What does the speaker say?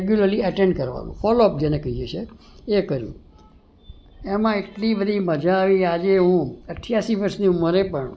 regularly attend કરવાનો follow up જેને કહીએ છીએ એ કર્યું એમાં એટલી બધી મજા આવી આજે હું અઠ્ઠાશી વર્ષની ઉંમરે પણ